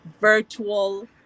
virtual